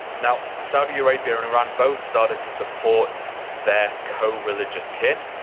now, saudi arabia and iran both started to support their co-religious kin,